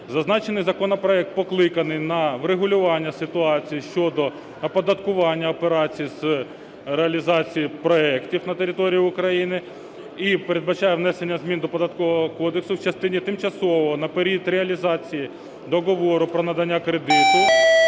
Зазначений законопроект покликаний на врегулювання ситуації щодо оподаткування операцій з реалізації проектів на території України і передбачає внесення змін до Податкового кодексу в частині тимчасово на період реалізації договору про надання кредиту